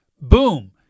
Boom